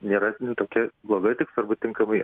nėra tokia bloga tik svarbu tinkamai